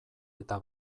eta